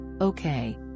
Okay